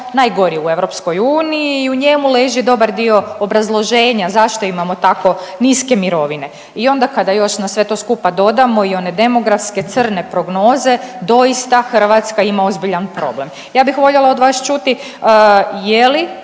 najgori u EU i u njemu leži dobar dio obrazloženja zašto imamo tako niske mirovine i onda kada još na sve to skupa dodamo i one demografske crne prognoze doista Hrvatska ima ozbiljan problem. Ja bih voljela od vas čuti je li